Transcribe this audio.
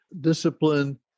discipline